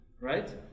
Right